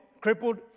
crippled